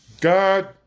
God